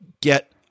get